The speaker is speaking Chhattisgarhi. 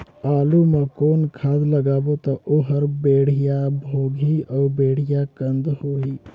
आलू मा कौन खाद लगाबो ता ओहार बेडिया भोगही अउ बेडिया कन्द होही?